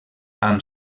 amb